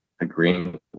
agreeing